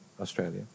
Australia